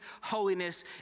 holiness